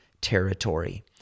territory